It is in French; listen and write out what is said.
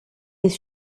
les